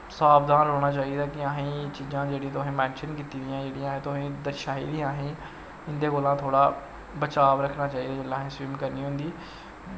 सावधान रौह्ना चाही दा कि असें एह् चीजां जेह्ड़ियां तुसें मैंशन कीती दियां तुसें दर्शााई दियां असेंई इंदे कोला थोह्ड़ा बचाव रक्खना चाही दी असें जिसलै सविम करनी होंदी